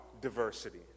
diversity